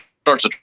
starts